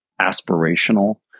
aspirational